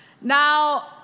Now